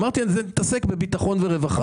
אמרתי שנתעסק בביטחון וברווחה.